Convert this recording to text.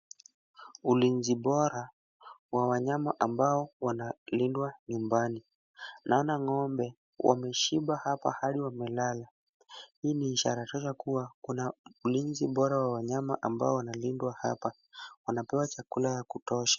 Ulinzi bora wa wanyama ambao wanalindwa nyumbani, naona ng'ombe wameshiba hapa hadi wamelala, hii ni ishara tosha kuwa kuna ulinzi bora wa wanyama ambao wanalindwa hapa, wanapewa chakula ya kutosha.